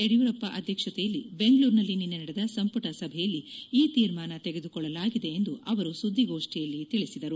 ಯಡಿಯೂರಪ್ಪ ಅಧ್ಯಕ್ಷತೆಯಲ್ಲಿ ಬೆಂಗಳೂರಿನಲ್ಲಿ ನಿನ್ನೆ ನಡೆದ ಸಂಪುಟ ಸಭೆಯಲ್ಲಿ ಈ ತೀರ್ಮಾನ ತೆಗೆದುಕೊಳ್ಳಲಾಗಿದೆ ಎಂದು ಅವರು ಸುದ್ದಿಗೋಷ್ಟಿಯಲ್ಲಿ ತಿಳಿಸಿದರು